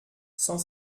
cent